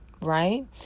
right